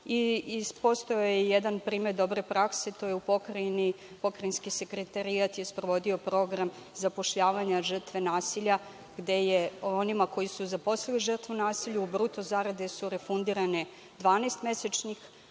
i postojao je jedan primer dobre prakse, to je u Pokrajini Pokrajinski sekretarijat sprovodio kao program zapošljavanja žrtve nasilja, gde je onima koji su zaposlili žrtvu nasilju bruto zarade su refundirane, 12 mesečnih